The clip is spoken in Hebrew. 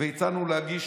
הצענו להגיש